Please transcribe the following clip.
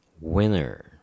winner